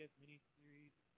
miniseries